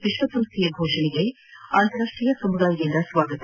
ವಿಶ್ಲ ಸಂಸ್ಡೆಯ ಘೋಷಣೆಗೆ ಅಂತಾರಾಷ್ಟೀಯ ಸಮುದಾಯದಿಂದ ಸ್ನಾಗತ